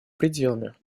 пределами